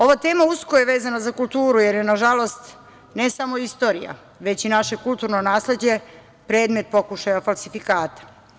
Ova tema usko je vezana za kulturu jer je, nažalost, ne samo istorija, već i naše kulturno nasleđe predmet pokušaja falsifikata.